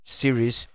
series